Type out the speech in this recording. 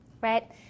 right